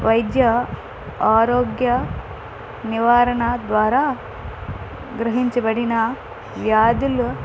వైద్య ఆరోగ్య నివారణ ద్వారా గ్రహించబడిన వ్యాధులు